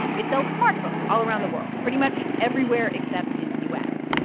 it sells smartphones all around the world pretty much everywhere except in the u s.